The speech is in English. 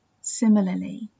similarly